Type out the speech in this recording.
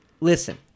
Listen